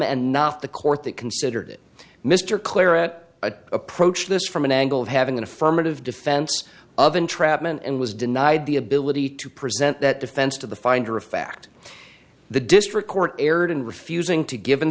and not the court that considered it mr claridge a approached this from an angle of having an affirmative defense of entrapment and was denied the ability to present that defense to the finder of fact the district court erred in refusing to give